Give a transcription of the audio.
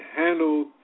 handled